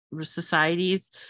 societies